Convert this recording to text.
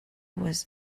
was